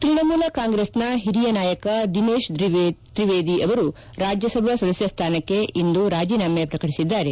ತ್ಸಣಮೂಲ ಕಾಂಗ್ರೆಸ್ನ ಹಿರಿಯ ನಾಯಕ ದಿನೇಶ್ ತ್ರಿವೇದಿ ಅವರು ರಾಜ್ಞಸಭಾ ಸದಸ್ಯ ಸ್ವಾನಕ್ಷೆ ಇಂದು ರಾಜೀನಾಮೆ ಪ್ರಕಟಿಸಿದ್ದಾರೆ